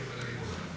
Hvala